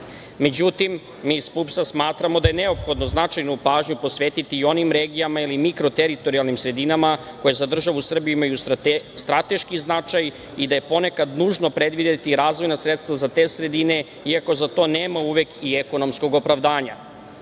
mi iz PUPS-a smatramo da je neophodno značajno pažnju posvetiti i onim regijama ili mikro teritorijalnim sredinama koje za državu Srbiju imaju strateški značaj i da je ponekad nužno predvideti razvojna sredstva za te sredine, iako za to nema uvek i ekonomskog opravdanja.